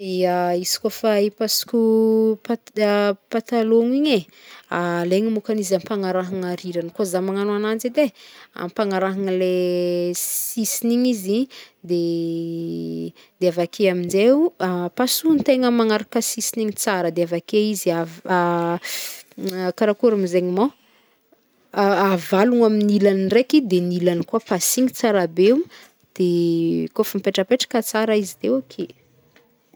Ya, izy kaofa hipasoko ya patalon-gno igny e, alaigna môkany izy ampanagnarahigna rirany koa zaho magnagno agnanjy edy e, ampagnarahigna le sisiny igny izy de de avake aminjay o, pasohintegna manaraka sisigny igny tsara de avake izy a- av- karakôry mô zegny man, a- avalogno amin'ny ilany raiky de ny ilany koa pasigny tsaara be o, de kaofa mipetrapetraky tsara izy de okey.